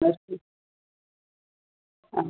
last ആ